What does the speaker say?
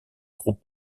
groupe